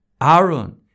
Aaron